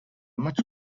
much